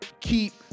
keep